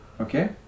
okay